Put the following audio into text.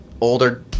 older